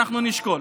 אנחנו נשקול.